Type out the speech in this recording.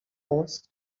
asked